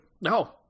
No